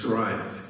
right